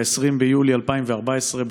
ב-20 ביולי 2014,